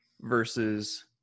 versus